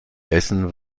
essen